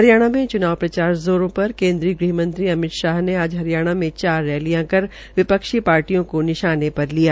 हरियाणा में च्नाव प्रचार ज़ोरों पर केन्द्रीय गृहमंत्री अमित शाह ने आज हरियाणा में चार रैलियां कर विपक्षी पार्टियों को निशाने पर लिया